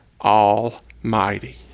Almighty